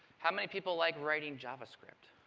how many people like writing java script?